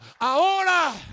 Ahora